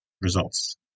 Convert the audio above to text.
results